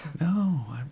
No